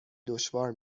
دشوار